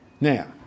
Now